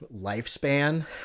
lifespan